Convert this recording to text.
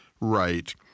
right